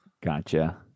Gotcha